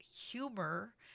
humor